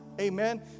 Amen